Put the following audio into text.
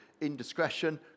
indiscretion